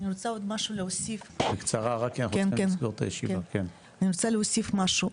אני רוצה עוד משהו להוסיף, אני רוצה להוסיף משהו.